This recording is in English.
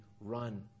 run